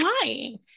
lying